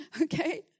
okay